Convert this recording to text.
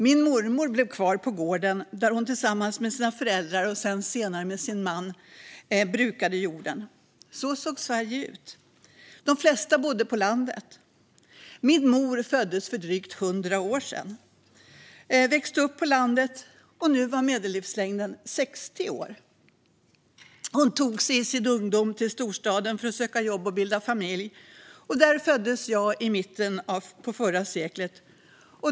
Min mormor blev kvar på gården, där hon tillsammans med sina föräldrar och senare med sin man brukade jorden. Så såg Sverige ut. De flesta bodde på landet. Min mor föddes för drygt 100 år sedan och växte upp på landet. Nu var medellivslängden 60 år. Hon tog sig i sin ungdom till storstaden för att söka jobb och bilda familj. Där föddes jag i mitten av förra seklet.